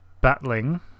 battling